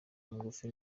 mugufi